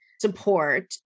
support